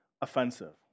offensive